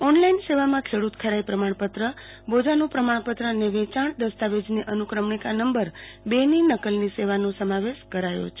online સેવામાં ખેડૂત ખરાઈ પ્રમાણપત્ર બોજાનું પ્રમાણ અને વેચાણ દસ્તાવેજની અનુક્રમણિકા નંબર બેની નકલની સેવાનો સમાવેશ કરાયો છે